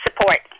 support